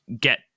get